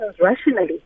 rationally